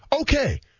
Okay